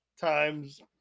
times